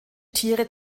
tiere